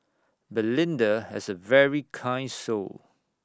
belinda has A very kind soul